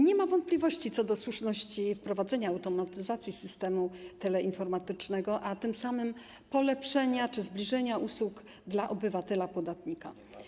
Nie ma wątpliwości co do słuszności wprowadzenia automatyzacji systemu teleinformatycznego, a tym samym polepszenia usług czy zbliżenia usług do obywatela, podatnika.